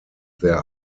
there